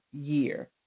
year